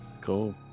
cool